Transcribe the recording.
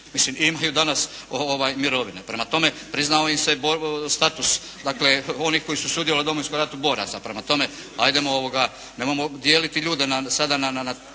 Mislim i imaju danas mirovine. Prema tome, priznao im se status dakle onih koji su sudjelovali u Domovinskom ratu boraca. Prema tome ajdemo, nemojmo dijeliti ljude na, sada